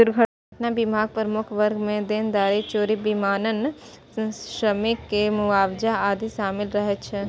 दुर्घटना बीमाक प्रमुख वर्ग मे देनदारी, चोरी, विमानन, श्रमिक के मुआवजा आदि शामिल रहै छै